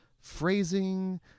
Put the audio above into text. phrasing